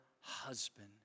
husband